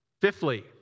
Fifthly